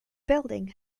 building